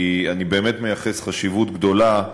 כי אני באמת מייחס חשיבות גדולה,